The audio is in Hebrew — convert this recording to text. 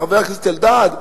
חבר הכנסת אלדד,